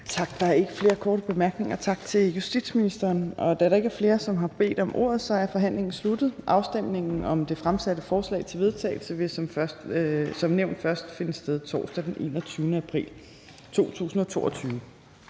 Tak. Der er ikke flere korte bemærkninger. Tak til justitsministeren. Da der ikke er flere, der har bedt om ordet, er forhandlingen sluttet. Afstemningen om det fremsatte forslag til vedtagelse vil som nævnt først finde sted torsdag den 21. april 2022.